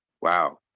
wow